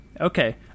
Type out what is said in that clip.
Okay